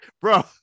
bro